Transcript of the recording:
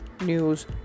news